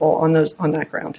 on those on the ground